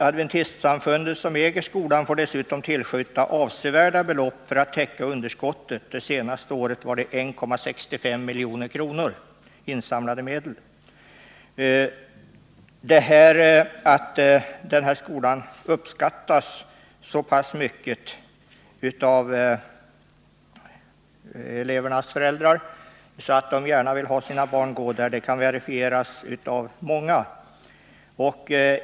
Adventistsamfundet får dessutom tillskjuta avsevärda belopp för att täcka underskottet, som för det senaste året var ca 1,65 milj.kr. Att skolan uppskattas så mycket av elevernas föräldrar att de gärna vill ha sina barn där verifieras av många.